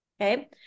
Okay